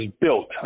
built